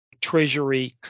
Treasury